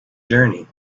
journey